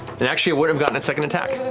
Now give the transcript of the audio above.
and actually, it wouldn't gotten its second attack.